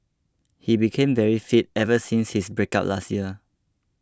he became very fit ever since his breakup last year